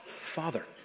Father